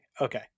Okay